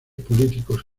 políticos